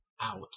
out